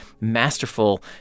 masterful